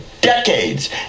decades